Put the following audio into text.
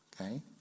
okay